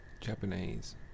Japanese